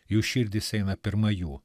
jų širdys eina pirma jų